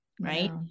right